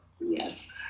yes